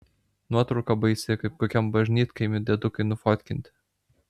nuotrauka baisi kaip kokiam bažnytkaimy diedukai nufotkinti